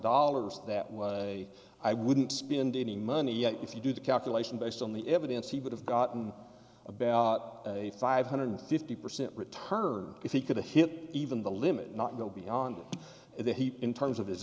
dollars that was a i wouldn't spend any money yet if you do the calculation based on the evidence he would have gotten about a five hundred fifty percent return if he could hit even the limit not go beyond that he in terms of his